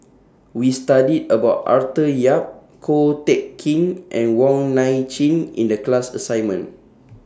We studied about Arthur Yap Ko Teck Kin and Wong Nai Chin in The class assignment